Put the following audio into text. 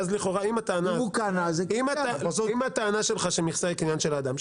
אם הטענה שלך שמכסה היא קניין של אדם,